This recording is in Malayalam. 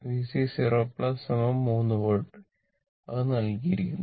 VC 0 3 വോൾട്ട് അത് നൽകിയിരിക്കുന്നു